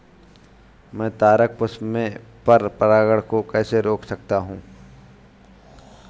मैं तारक पुष्प में पर परागण को कैसे रोक सकता हूँ?